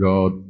God